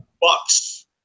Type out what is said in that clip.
Bucks